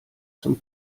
zum